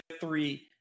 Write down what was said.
three